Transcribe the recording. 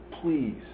Please